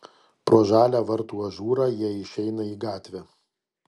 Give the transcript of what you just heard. pro žalią vartų ažūrą jie išeina į gatvę